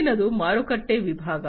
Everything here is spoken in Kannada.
ಮುಂದಿನದು ಮಾರುಕಟ್ಟೆ ವಿಭಾಗ